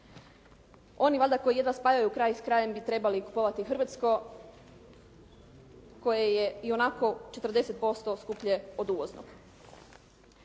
Oni valjda koji jedva spajaju kraj s krajem bi trebali kupovati hrvatsko koje je ionako 40% skuplje od uvoznog.